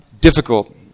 difficult